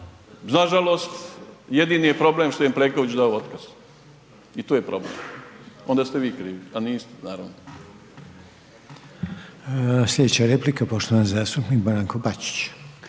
nažalost, jednini je problem što im Plenković dao otkaz. I to je problem. Onda ste vi krivi, a niste, naravno.